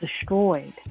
destroyed